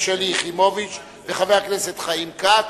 שלי יחימוביץ וחיים כץ.